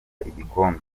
igikombe